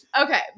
Okay